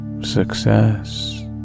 success